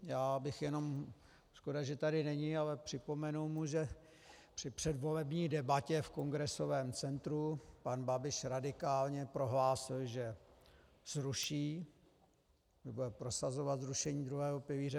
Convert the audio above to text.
Já bych jenom, škoda, že tady není, ale připomenu mu, že při předvolební debatě v Kongresovém centru pan Babiš radikálně prohlásil, že zruší, bude prosazovat zrušení druhého pilíře.